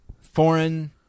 Foreign